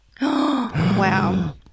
Wow